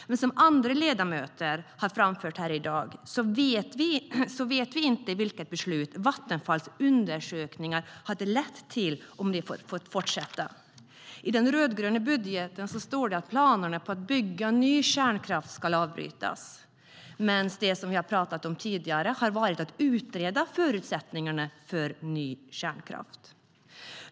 Som andra ledamöter framfört i dag vet vi inte vilket beslut Vattenfalls undersökningar hade lett till om de fått fortsätta. I den rödgröna budgeten står det att planerna på att bygga ny kärnkraft ska avbrytas, men det vi talat om tidigare har handlat om att utreda förutsättningarna för ny kärnkraft.